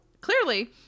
clearly